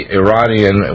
iranian